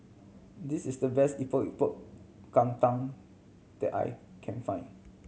this is the best Epok Epok Kentang that I can find